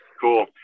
Cool